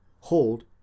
hold